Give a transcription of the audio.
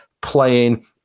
playing